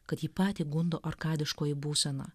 kad jį patį gundo arkadiškoji būsena